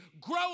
Grow